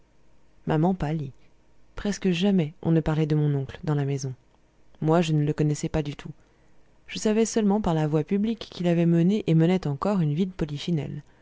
maman pâlit presque jamais on ne parlait de mon oncle dans la maison moi je ne le connaissais pas du tout je savais seulement par la voix publique qu'il avait mené et menait encore une vie de polichinelle